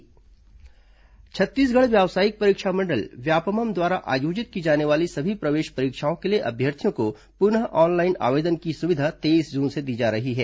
व्यापमं प्रवेश परीक्षा छत्तीसगढ़ व्यावसायिक परीक्षा मंडल व्यापमं द्वारा आयोजित की जाने वाली सभी प्रवेश परीक्षाओं के लिए अभ्यर्थियों को पुनः ऑनलाइन आवेदन की सुविधा तेईस जून से दी जा रही है